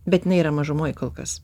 bet jinai yra mažumoj kol kas